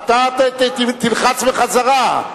אתה תלחץ בחזרה.